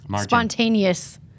Spontaneous